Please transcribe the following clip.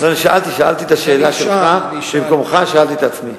שאלתי את השאלה שלך במקומך ושאלתי את עצמי.